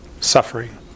suffering